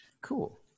Cool